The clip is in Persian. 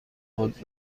خود